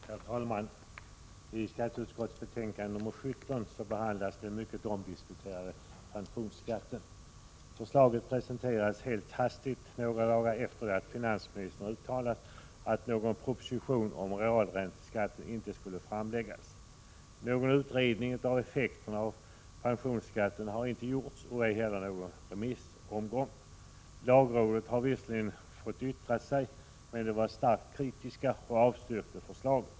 Herr talman! I skatteutskottets betänkande 17 behandlas den mycket omdiskuterade pensionsskatten. Förslaget presenterades helt hastigt några dagar efter det att finansministern uttalat att någon proposition om realränteskatten inte skulle framläggas. Någon utredning av effekterna av pensionsskatten har inte gjorts och inte heller någon remissomgång. Lagrådet har visserligen fått yttra sig, men det har varit starkt kritiskt och avstyrkte förslaget.